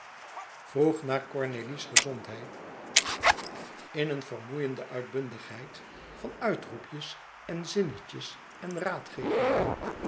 vroeg naar cornélie's gezondheid in een vermoeiende uitbundigheid van uitroepjes en zinnetjes en raadgevingen